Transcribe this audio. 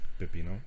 pepino